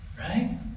Right